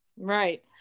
Right